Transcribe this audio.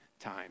time